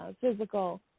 physical